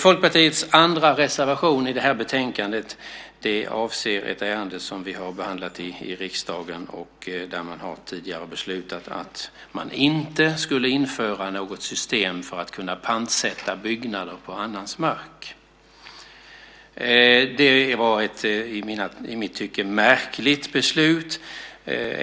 Folkpartiets andra reservation i detta betänkande avser ett ärende som vi har behandlat i riksdagen tidigare och där man har beslutat att inte införa något system för att kunna pantsätta byggnader på annans mark. Det var ett i mitt tycke märkligt beslut.